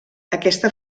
aquesta